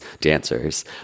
dancers